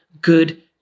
good